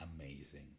amazing